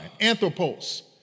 Anthropos